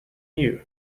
you